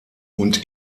und